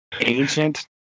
ancient